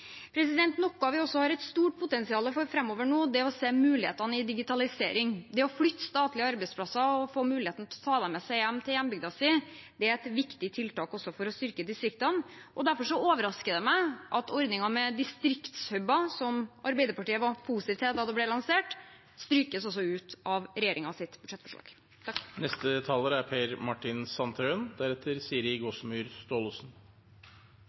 Noe vi også har et stort potensial for framover nå, er å se mulighetene i digitalisering. Å flytte statlige arbeidsplasser og få muligheten til å ta dem med seg hjem til hjembygda er et viktig tiltak for å styrke distriktene. Derfor overrasker det meg at ordningen med distriktshuber, som Arbeiderpartiet var positive til da den ble lansert, strykes ut av regjeringens budsjettforslag.